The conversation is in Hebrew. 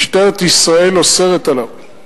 משטרת ישראל אוסרת עליו.